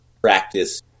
practice